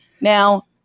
Now